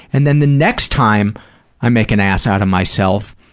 and then the next time i make an ass out of myself,